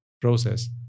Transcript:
process